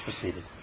proceeded